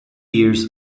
years